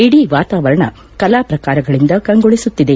ಇಡೀ ವಾತಾವರಣ ಕಲಾ ಪ್ರಕಾರಗಳಿಂದ ಕಂಗೊಳಿಸುತ್ತಿದೆ